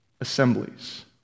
assemblies